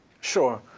Sure